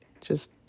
just-